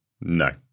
no